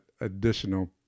additional